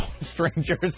strangers